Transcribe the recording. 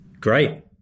Great